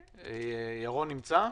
תודה.